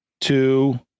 two